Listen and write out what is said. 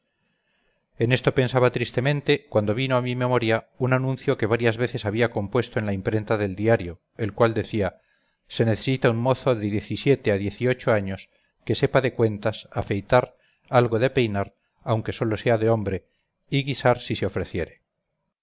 en esto pensaba tristemente cuando vino a mi memoria un anuncio que varias veces había compuesto en la imprenta del diario el cual decía se necesita un mozo de diez y siete a diez y ocho años que sepa de cuentas afeitar algo de peinar aunque sólo sea de hombre y guisar si se ofreciere